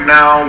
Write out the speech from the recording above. now